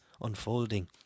unfolding